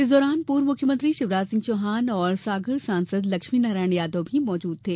इस दौरान पूर्व मुख्यमंत्री शिवराज सिंह चौहान और सागर सांसद लक्ष्मीनारायण यादव भी मौजुद थे